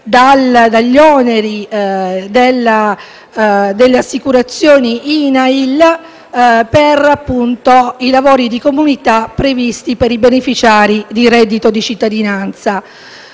dagli oneri delle assicurazioni INAIL per i lavori di comunità previsti per i beneficiari di reddito di cittadinanza.